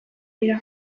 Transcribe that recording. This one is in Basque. dira